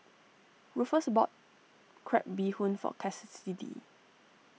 Rufus bought Crab Bee Hoon for Cassidy